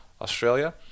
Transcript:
Australia